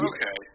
Okay